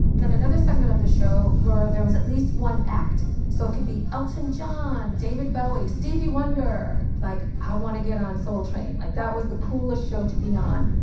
then another segment of the show where there was at least one act so it could be elton john, david bowie, stevie wonder. like i want to get on soul train. like that was the coolest show to be on.